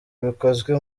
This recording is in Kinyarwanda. bikozwe